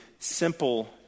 simple